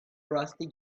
rusty